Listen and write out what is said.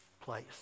place